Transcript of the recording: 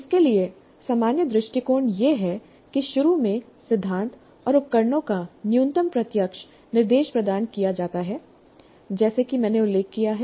इसके लिए सामान्य दृष्टिकोण यह है कि शुरू में सिद्धांत और उपकरणों का न्यूनतम प्रत्यक्ष निर्देश प्रदान किया जाता है जैसा कि मैंने उल्लेख किया है